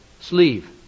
sleeve